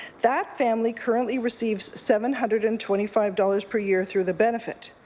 that family currently receives seven hundred and twenty five dollars per year through the benefit.